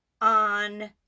on